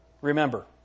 Remember